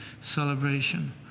celebration